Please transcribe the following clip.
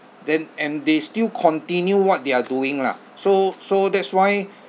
then and they still continue what they are doing lah so so that's why